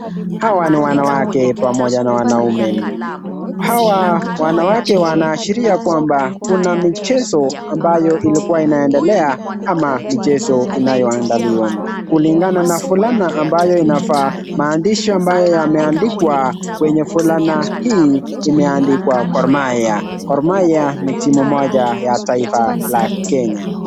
Hawa ni wanawake pamoja na wanaume. Hawa wanawake wanaashiria kwamba kuna michezo ambayo ilikuwa inaendelea ama michezo inayoandaliwa kulingana na fulana ambayo inavaa, maandisho ambayo yameandikwa kwenye fulana hii, imeandikwa Gormahia. Gormahia ni timu moja ya taifa la Kenya.